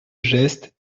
geste